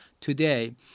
Today